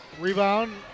Rebound